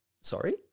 sorry